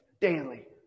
daily